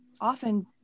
often